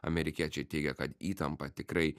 amerikiečiai teigia kad įtampa tikrai